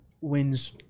wins